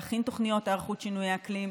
להכין תוכניות היערכות לשינויי אקלים.